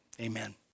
Amen